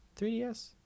3DS